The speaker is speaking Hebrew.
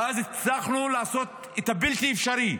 ואז הצלחנו לעשות את הבלתי-אפשרי: